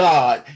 God